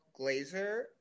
Glazer